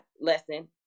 lesson